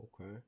Okay